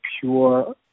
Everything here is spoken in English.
pure